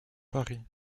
paris